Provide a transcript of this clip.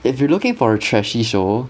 if you're looking for a trashy show